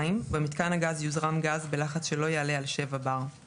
(2)במיתקן הגז יוזרם גז בלחץ שלא יעלה על 7 בר (bar);